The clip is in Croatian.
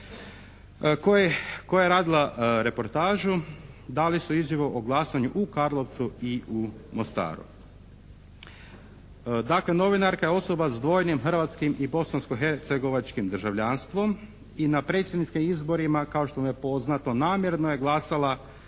koja je radila reportažu, dali su izjavu o glasanju u Karlovcu i u Mostaru. Dakle, novinarka je osoba s dvojnim hrvatskim i bosanskohercegovačkim državljanstvom i na predsjedničkim izborima kao što vam je poznato namjerno je glasala